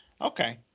Okay